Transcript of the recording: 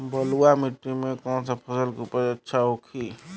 बलुआ मिट्टी में कौन सा फसल के उपज अच्छा होखी?